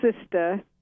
sister